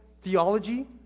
Theology